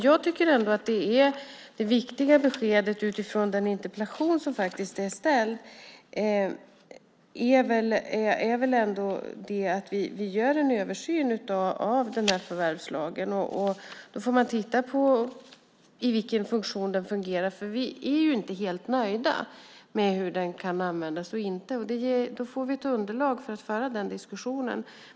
Det viktiga beskedet utifrån den interpellation som är framställd är att vi gör en översyn av förvärvslagen. Då får man titta på i vilken funktion den fungerar. Vi är inte helt nöjda med hur den kan användas. Då får vi ta fram underlag för att föra en diskussion.